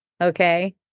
okay